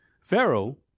Pharaoh